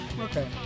Okay